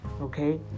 Okay